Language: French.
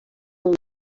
ont